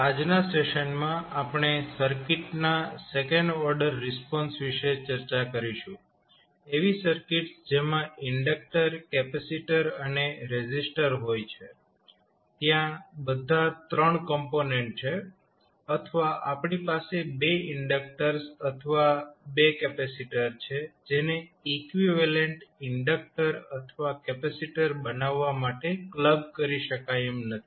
આજના સેશનમાં આપણે સર્કિટ ના સેકન્ડ ઓર્ડર રિસ્પોન્સ વિશે ચર્ચા કરીશું એવી સર્કિટ્સ જેમાં ઇન્ડક્ટર કેપેસિટર અને રેઝિસ્ટર હોય છે ત્યાં બધા 3 કોમ્પોનેન્ટ છે અથવા આપણી પાસે 2 ઇન્ડક્ટર્સ અથવા 2 કેપેસિટર છે જેને ઇકવીવેલેન્ટ ઇન્ડક્ટર અથવા કેપેસિટર બનાવવા માટે ક્લબ કરી શકાય એમ નથી